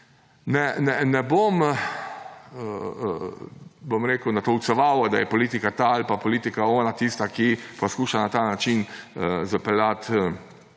Ne bom natolceval, da je politika ta ali pa politika ona tista, ki poskuša na ta način zapeljati